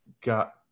got